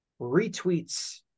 retweets